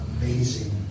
amazing